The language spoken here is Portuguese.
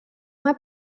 uma